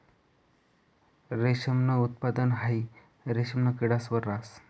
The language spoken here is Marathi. रेशमनं उत्पादन हाई रेशिमना किडास वर रहास